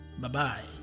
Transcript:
Bye-bye